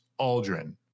Aldrin